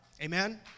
Amen